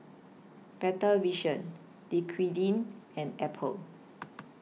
Better Vision Dequadin and Apple